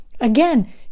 again